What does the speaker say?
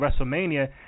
WrestleMania